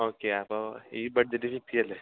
okay അപ്പം ഈ budget fix ചെയ്യല്ലേ